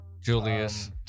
Julius